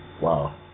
Wow